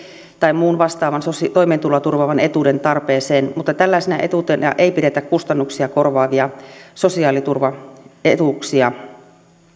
tai muun vastaavan toimeentuloa turvaavan etuuden tarpeeseen mutta tällaisena etuutena ei pidetä kustannuksia korvaavia sosiaaliturvaetuuksia